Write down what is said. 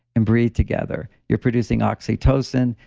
and breathe together. you're producing oxytocin.